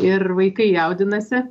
ir vaikai jaudinasi